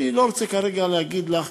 אני לא רוצה כרגע להגיד לך,